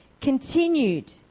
continued